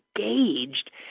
engaged